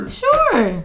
sure